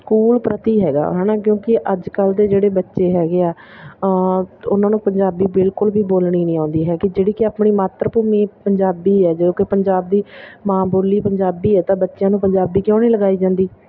school ਪ੍ਰਤੀ ਹੈਗਾ ਹੈ ਨਾ ਕਿਉਂਕਿ ਅੱਜ ਕੱਲ੍ਹ ਦੇ ਜਿਹੜੇ ਬੱਚੇ ਹੈਗੇ ਆ ਉਹਨਾਂ ਨੂੰ ਪੰਜਾਬੀ ਬਿਲਕੁਲ ਵੀ ਬੋਲਣੀ ਨਹੀਂ ਆਉਂਦੀ ਹੈਗੀ ਜਿਹੜੀ ਕਿ ਆਪਣੀ ਮਾਤਰ ਭੂਮੀ ਪੰਜਾਬੀ ਹੈ ਜੋ ਕਿ ਪੰਜਾਬ ਦੀ ਮਾਂ ਬੋਲੀ ਪੰਜਾਬੀ ਹੈ ਤਾਂ ਬੱਚਿਆਂ ਨੂੰ ਪੰਜਾਬੀ ਕਿਉਂ ਨਹੀਂ ਲਗਾਈ ਜਾਂਦੀ